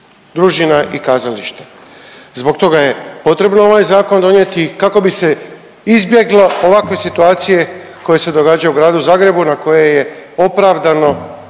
družina i kazališta. Zbog toga je potrebno ovaj zakon donijeti kako bi se izbjeglo ovakve situacije koje se događaju u gradu Zagrebu na koje je opravdano